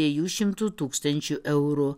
dviejų šimtų tūkstančių eurų